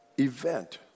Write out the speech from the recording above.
event